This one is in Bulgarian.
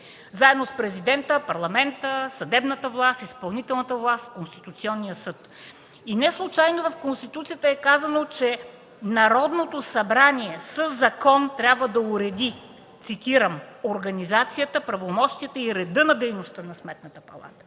заедно с Президента, Парламента, съдебната власт, изпълнителната власт, Конституционния съд. И неслучайно в Конституцията е казано, че Народното събрание със закон трябва да уреди, цитирам: „Организацията, правомощията и реда на дейността на Сметната палата”.